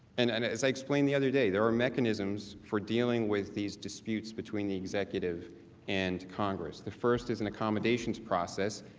and and as i explained the other day there are mechanisms for dealing with these disputes between the executive and congress. the first is and accommodations process.